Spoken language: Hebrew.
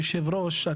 היושב-ראש,